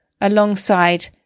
alongside